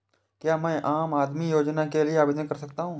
क्या मैं आम आदमी योजना के लिए आवेदन कर सकता हूँ?